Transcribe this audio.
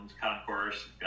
concourse